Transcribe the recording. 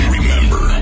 Remember